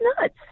nuts